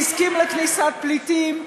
והסכים לכניסת פליטים.